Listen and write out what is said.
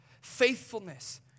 faithfulness